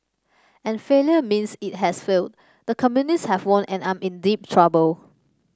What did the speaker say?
and failure means it has failed the communists have won and I'm in deep trouble